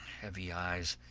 heavy eyes,